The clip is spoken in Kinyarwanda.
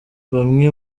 bamwe